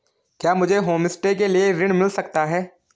क्या मुझे होमस्टे के लिए ऋण मिल सकता है?